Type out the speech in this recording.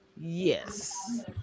Yes